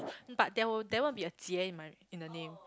but there will there won't be a Jie in my in the name